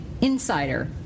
Insider